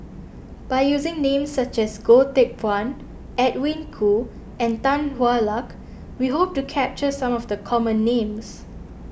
by using names such as Goh Teck Phuan Edwin Koo and Tan Hwa Luck we hope to capture some of the common names